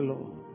Lord